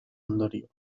ondorioz